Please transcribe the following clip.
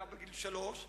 בגיל שלוש.